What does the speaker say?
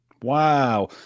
Wow